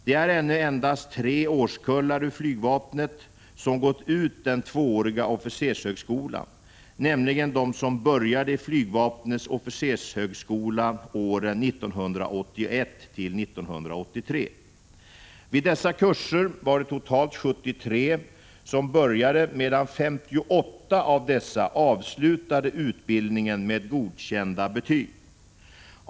Det är ännu endast tre årskullar ur flygvapnet som gått ut den tvååriga officershögskolan, nämligen de som började i flygvapnets officershögskola åren 1981-1983. Vid dessa kurser var det totalt 73 som började, medan 58 av dessa avslutade utbildningen med godkända betyg.